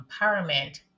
empowerment